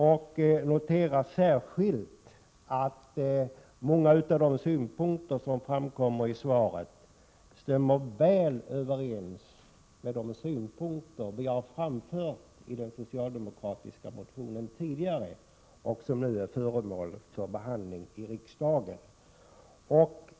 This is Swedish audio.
Jag noterar särskilt att många av de synpunkter som framkommer i svaret stämmer väl överens med de åsikter vi tidigare framfört i den socialdemokratiska motionen, vilken nu är föremål för behandling i riksdagen.